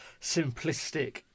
simplistic